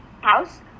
house